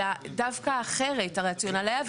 אלא דווקא אחרת הרציונל היה.